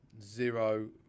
zero